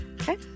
Okay